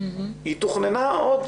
היא תוכננה עוד,